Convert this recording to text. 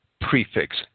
prefix